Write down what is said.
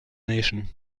nation